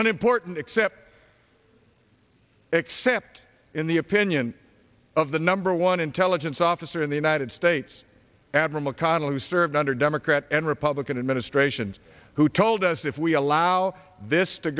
an important except except in the opinion of the number one intelligence officer in the united states after mcconnell who served under democrat and republican administrations who told us if we allow this to